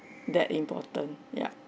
that important ya